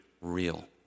real